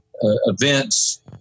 events